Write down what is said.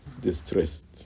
distressed